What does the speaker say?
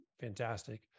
fantastic